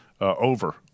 over